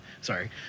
Sorry